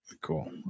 Cool